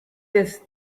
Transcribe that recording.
this